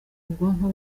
ubwonko